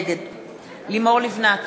נגד לימור לבנת,